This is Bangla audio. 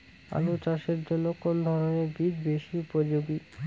আলু চাষের জন্য কোন ধরণের বীজ বেশি উপযোগী?